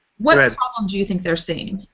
what ah problem do you think they're seeing?